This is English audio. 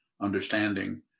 understanding